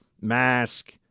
mask